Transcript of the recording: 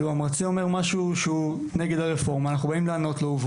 אם המרצה אומר משהו נגד הרפורמה וסטודנט מנסה להביע עמדת נגד,